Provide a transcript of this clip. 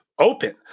Open